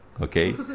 okay